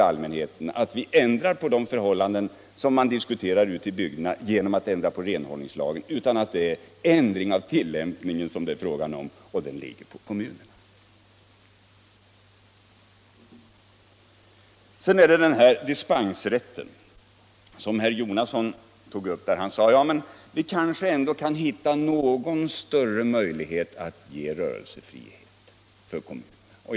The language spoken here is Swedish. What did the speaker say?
Allt detta såvitt herr Leuchovius inte är beredd att säga att vi skall avskaffa det kommunala ansvaret, att vi skall ha en renhållningslag som inte lägger något ansvar på kommunerna. Beträffande dispensrätten sade herr Jonasson: Vi kanske ändå kan hitta någon större möjlighet att ge rörelsefrihet för kommunerna.